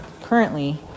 currently